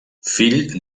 fill